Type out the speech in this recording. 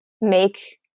make